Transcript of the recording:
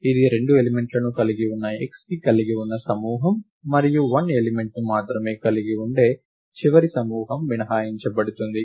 ఇది 2 ఎలిమెంట్లను కలిగి ఉన్న xని కలిగి ఉన్న సమూహం మరియు 1 ఎలిమెంట్ ను మాత్రమే కలిగి ఉండే చివరి సమూహం మినహాయించబడుతుంది